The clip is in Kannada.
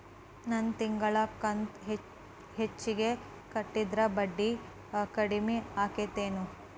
ನನ್ ತಿಂಗಳ ಕಂತ ಹೆಚ್ಚಿಗೆ ಕಟ್ಟಿದ್ರ ಬಡ್ಡಿ ಕಡಿಮಿ ಆಕ್ಕೆತೇನು?